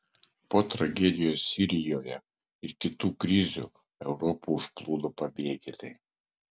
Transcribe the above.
po tragedijos sirijoje ir kitų krizių europą užplūdo pabėgėliai